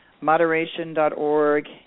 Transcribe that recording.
Moderation.org